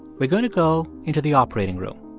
we're going to go into the operating room.